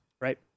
right